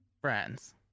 Friends